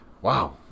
Wow